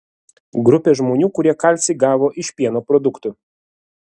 grupė žmonių kurie kalcį gavo iš pieno produktų